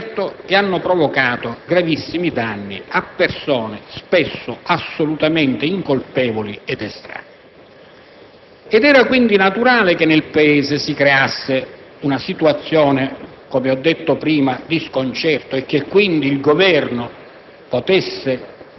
e sconcerto ed hanno provocato gravissimi danni a persone spesso assolutamente incolpevoli ed estranee. Era, quindi, naturale che nel Paese si creasse una situazione - come ho affermato poc'anzi - di sconcerto e che il Governo